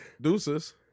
Deuces